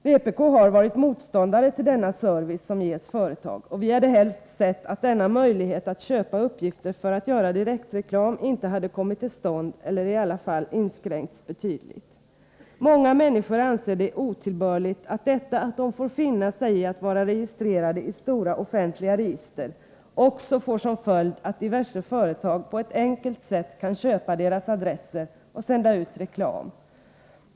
Vpk har varit motståndare till denna service som ges företag, och vi hade helst sett att denna möjlighet att köpa uppgifter för att göra direktreklam inte hade kommit till stånd eller i alla fall inskränkts betydligt. Många människor anser det otillbörligt att detta att de får finna sig i att vara registrerade i stora offentliga register också får som följd att diverse företag på ett enkelt sätt kan köpa deras adresser och sända ut reklam.